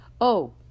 Oh